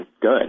good